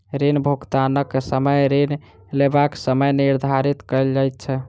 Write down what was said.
ऋण भुगतानक समय ऋण लेबाक समय निर्धारित कयल जाइत छै